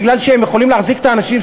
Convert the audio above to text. מפני שהם יכולים להחזיק את האנשים,